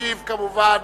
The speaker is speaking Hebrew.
ישיב, כמובן,